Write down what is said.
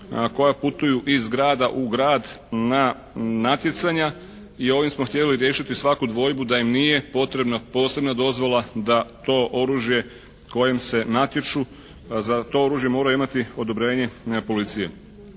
koja putuju iz grada u grad na natjecanja. I ovim smo htjeli riješiti svaku dvojbu da im nije potrebna posebna dozvola da to oružje kojem se natječu za to oružje moraju imati odobrenje policije.